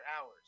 hours